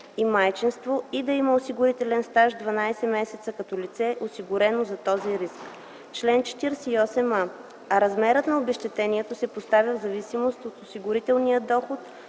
и майчинство и да има осигурителен стаж 12 месеца като лице, осигурено за този риск – чл. 48а, а размерът на обезщетението се поставя в зависимост от осигурителния доход,